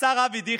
השר אבי דיכטר,